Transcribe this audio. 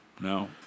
no